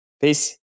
Peace